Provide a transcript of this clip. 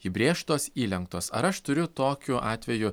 įbrėžtos įlenktos ar aš turiu tokiu atveju